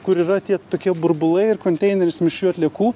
kur yra tie tokie burbulai ir konteineris mišrių atliekų